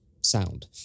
sound